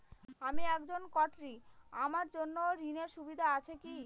আমি একজন কট্টি আমার জন্য ঋণের সুবিধা আছে কি?